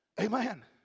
Amen